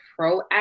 proactive